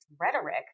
rhetoric